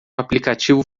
aplicativo